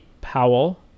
Powell